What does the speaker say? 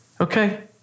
Okay